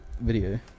video